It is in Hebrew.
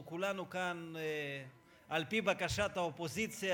אנחנו כולנו כאן על-פי בקשת האופוזיציה